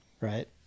right